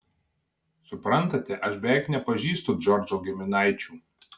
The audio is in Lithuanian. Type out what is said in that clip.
suprantate aš beveik nepažįstu džordžo giminaičių